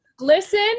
listen